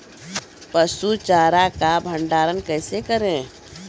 पसु चारा का भंडारण कैसे करें?